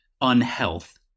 unhealth